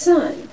Son